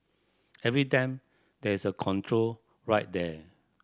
every time there is a control right there